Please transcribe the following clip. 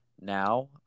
now